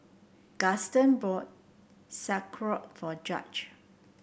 Gaston bought Sauerkraut for Judge